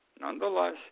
nonetheless